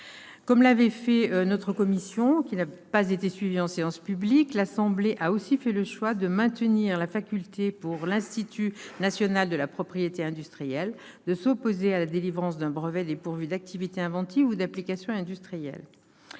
À l'instar de notre commission spéciale, qui n'a pas été suivie en séance publique, l'Assemblée nationale a aussi fait le choix de maintenir la faculté pour l'Institut national de la propriété industrielle, l'INPI, de s'opposer à la délivrance d'un brevet dépourvu d'activité inventive ou d'application industrielle.